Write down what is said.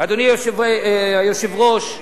אדוני היושב-ראש,